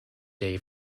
day